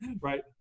right